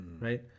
right